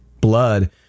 blood